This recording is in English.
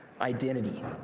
identity